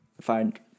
Find